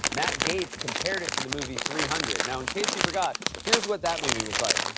matt gaetz, compared it to the movie three hundred. now, in case you forgot, here's what that movie was like.